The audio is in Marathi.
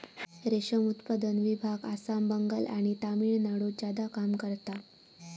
रेशम उत्पादन विभाग आसाम, बंगाल आणि तामिळनाडुत ज्यादा काम करता